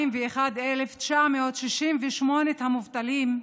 1,141,968 המובטלים,